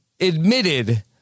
admitted